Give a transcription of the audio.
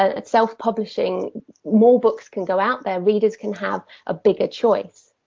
ah self-publishing, more books can go out there, readers can have a bigger choice.